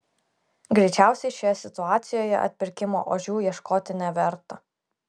greičiausiai šioje situacijoje atpirkimo ožių ieškoti neverta